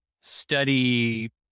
study